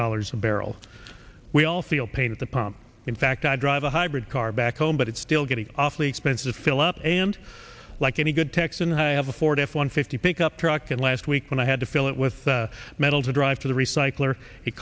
dollars a barrel we all feel pain at the pump in fact i drive a hybrid car back home but it's still getting awfully expensive fill up and like any good texan have a ford f one fifty pickup truck and last week when i had to fill it with metal to drive to the recycler it